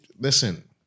listen